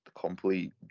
complete